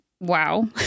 Wow